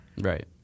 Right